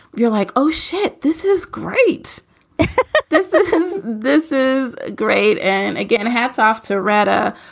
you're like, oh, shit, this is great this this is this is great and again, hats off to radha,